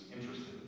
interested